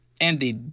Andy